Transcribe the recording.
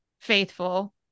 faithful